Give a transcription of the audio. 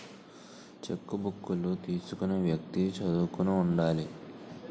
చెక్కుబుక్కులు తీసుకునే వ్యక్తి చదువుకుని ఉండాలి